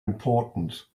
important